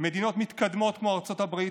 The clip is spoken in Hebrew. מדינות מתקדמות כמו ארצות הברית,